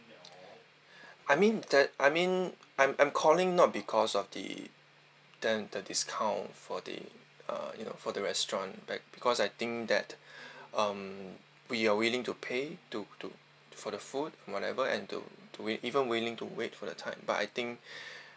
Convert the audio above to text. I mean that I mean I'm I'm calling not because of the ten the discount for the uh you know for the restaurant back because I think that um we are willing to pay to to for the food whatever and to to wait even willing to wait for the time but I think